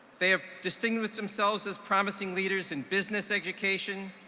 they have distinguished themselves as promising leaders in business, education,